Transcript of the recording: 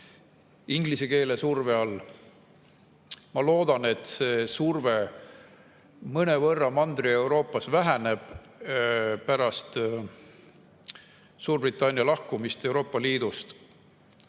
inglise keele surve all. Ma loodan, et see surve mõnevõrra Mandri-Euroopas väheneb pärast Suurbritannia lahkumist Euroopa Liidust.